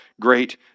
great